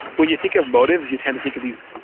when you think of motives, you tend to think of these,